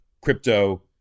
crypto